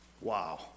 Wow